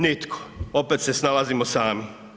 Nitko, opet se snalazimo sami.